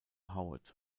howard